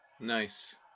nice